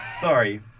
Sorry